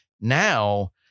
now